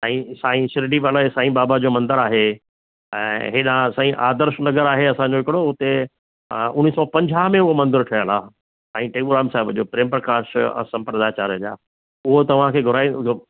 ऐं साई शिरडी माना जे साई बाबा जो मंदिर आहे ऐं एॾा साई आदर्श नगर आहे असांजो हिकिड़ो हुते अ उणिवीह सौ पंजाह में हो मंदिर ठहियल आहे साई टेऊंराम साहिब जो प्रेमप्रकाश अ संप्रदाय आचार्य जा उहो तव्हांखे घुराईंदो